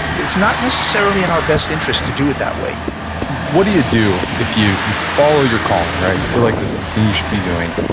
it's not necessarily in our best interest to do it that way what do you do if you you follow your calling, you feel like this is the thing you should be doing,